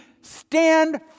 Stand